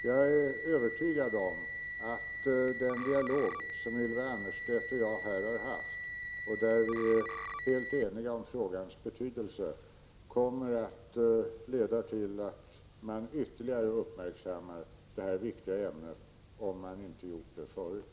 Jag är övertygad om att den dialog som Ylva Annerstedt och jag här har haft och där vi är helt eniga om frågans betydelse kommer att leda till att man ytterligare uppmärksammar detta viktiga ämne, om man inte gjort det förut.